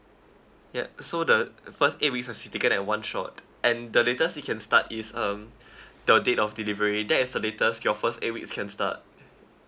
yup so the first eight weeks uh to get at one shot and the latest you can start is um the date of delivery that is the latest your first eight weeks you can start